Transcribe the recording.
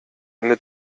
eine